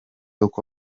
uko